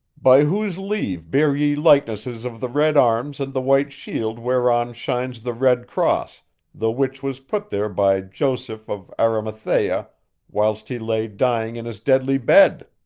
by whose leave bear ye likenesses of the red arms and the white shield whereon shines the red cross the which was put there by joseph of arimathea whilst he lay dying in his deadly bed?